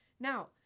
now